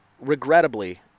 regrettably